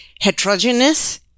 heterogeneous